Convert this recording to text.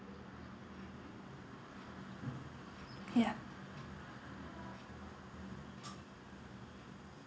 ya